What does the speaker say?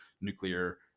nuclear